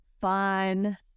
fun